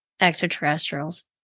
extraterrestrials